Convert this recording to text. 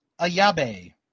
Ayabe